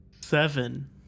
Seven